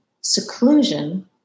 seclusion